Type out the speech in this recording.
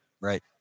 right